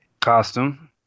Costume